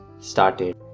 started